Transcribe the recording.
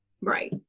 right